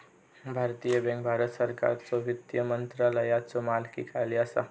भारतीय बँक भारत सरकारच्यो वित्त मंत्रालयाच्यो मालकीखाली असा